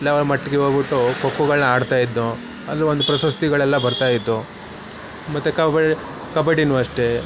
level ಮಟ್ಟಿಗೆ ಹೋಗಿಬಿಟ್ಟು ಖೋ ಖೋಗಳ್ನ ಆಡ್ತಾಯಿದ್ದೋ ಅಲ್ಲಿ ಒಂದು ಪ್ರಶಸ್ತಿಗಳೆಲ್ಲ ಬರ್ತಾಯಿದ್ದೊ ಮತ್ತು ಕಬ ಕಬಡ್ಡಿಯೂ ಅಷ್ಟೇ